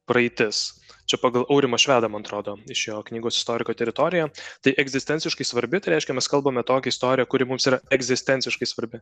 praeitis čia pagal aurimą švedą man atrodo iš jo knygos istoriko teritorija tai egzistenciškai svarbi tai reiškia mes kalbame tokią istoriją kuri mums yra egzistenciškai svarbi